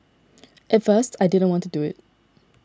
at first I didn't want to do it